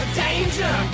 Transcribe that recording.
danger